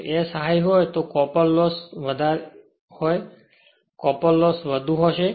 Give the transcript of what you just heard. જો S high હોય એટલે કોપર લોસ S વધારે હોય તો કોપર લોસ વધુ હશે